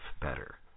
better